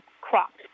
crops